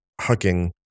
hugging